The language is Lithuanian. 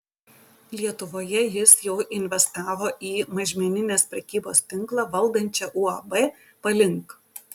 lietuvoje jis jau investavo į mažmeninės prekybos tinklą valdančią uab palink